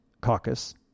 caucus